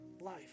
life